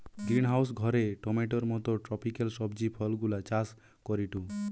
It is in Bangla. গ্রিনহাউস ঘরে টমেটোর মত ট্রপিকাল সবজি ফলগুলা চাষ করিটু